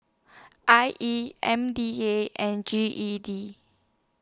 I E M D A and G E D